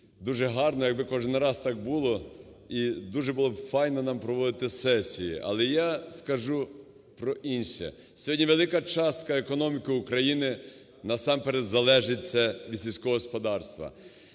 дуже гарно. Якби кожен раз так було, і дуже було б файно нам проводити сесії. Але я скажу про інше. Сьогодні велика частка економіки України насамперед залежить, це від сільського господарства.